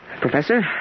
Professor